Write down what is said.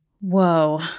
Whoa